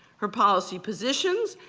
her policy positions,